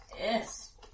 yes